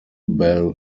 bell